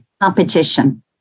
competition